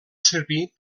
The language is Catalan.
servir